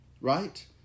right